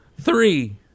Three